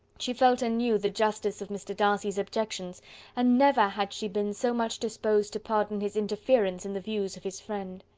she felt anew the justice of mr. darcy's objections and never had she been so much disposed to pardon his interference in the views of his friend.